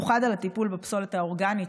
בייחוד על הטיפול בפסולת האורגנית,